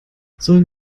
sollen